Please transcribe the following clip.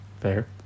Fair